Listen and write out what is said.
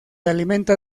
alimenta